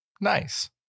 Nice